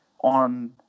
on